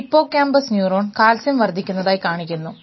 hippocampus neuron calcium വർദ്ധിക്കുന്നതായി കാണിക്കുന്നു